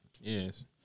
Yes